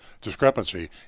discrepancy